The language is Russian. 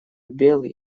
белый